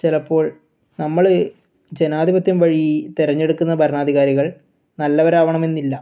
ചിലപ്പോൾ നമ്മൾ ജനാധിപത്യം വഴി തിരെഞ്ഞെടുക്കുന്ന ഭരണാധികാരികൾ നല്ലവരാകണമെന്നില്ല